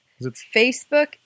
Facebook